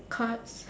cards